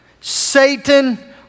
Satan